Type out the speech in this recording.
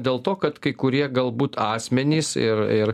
dėl to kad kai kurie galbūt asmenys ir ir